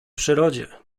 przyrodzie